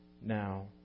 now